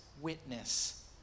witness